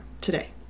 today